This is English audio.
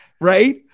right